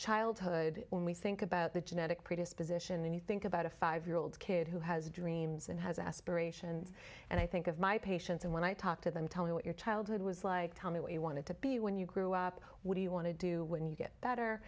childhood when we think about the genetic predisposition and you think about a five year old kid who has dreams and has aspirations and i think of my patients and when i talk to them tell me what your childhood was like tell me what you wanted to be when you grew up what do you want to do when you get better